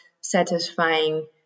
satisfying